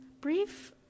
brief